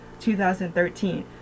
2013